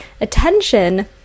attention